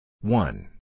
One